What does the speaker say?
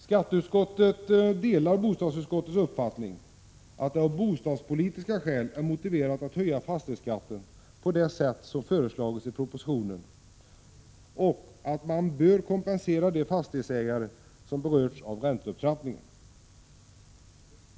Skatteutskottet delar bostadsutskottets uppfattning att det av bostadspolitiska skäl är motiverat att höja fastighetsskatten på det sätt som föreslagits i propositionen och att man bör kompensera de fastighetsägare som berörts av ränteupptrappningen.